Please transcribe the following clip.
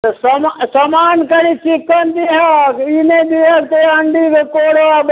तऽ स सामान कनि चिक्कन दिहेँ ई नहि दिहेँ जे सड़ण्डी